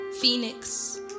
Phoenix